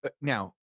now